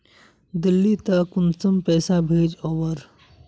दिल्ली त कुंसम पैसा भेज ओवर?